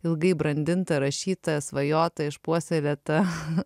ilgai brandintą rašytą svajotą išpuoselėtą